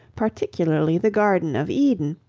particularly the garden of eden,